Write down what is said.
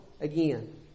again